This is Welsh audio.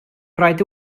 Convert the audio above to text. rhaid